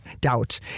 doubt